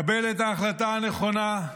קבל את ההחלטה הנכונה,